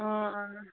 অঁ অঁ